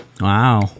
Wow